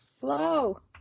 Hello